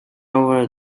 over